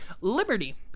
Liberty